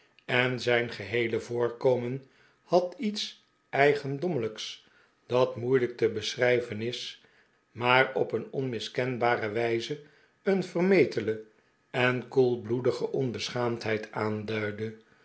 en zijn geheele voorkpmen had iets eigendommelijks dat moeilijk te beschrijven is maar op een onmiskenbare wijze een vermetele en koelbloedige onbescliaamdheid aanduidde